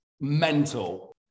mental